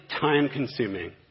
time-consuming